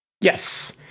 Yes